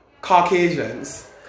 caucasians